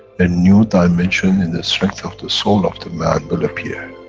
a new dimension in the strength of the soul of the man will appear,